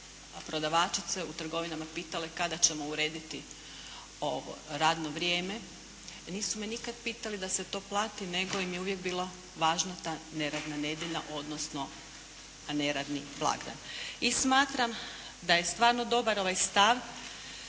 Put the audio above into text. prodavačice u trgovinama pitale kada ćemo urediti ovo radno vrijeme. Nisu me nikada pitali da se to plati, nego im je uvijek bila važna neradna nedjelja, odnosno neradni blagdan. I smatram da je stvarno dobar ovaj stav,